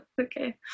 okay